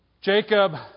Jacob